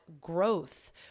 growth